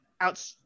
out